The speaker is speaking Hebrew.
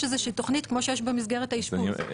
יש איזושהי תוכנית כמו שיש במסגרת האשפוז,